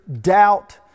doubt